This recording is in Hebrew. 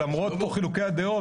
שלמה, תן לו לספר.